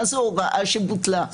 מה זאת הוראה שבוטלה.